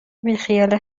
بیخیال